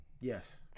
Yes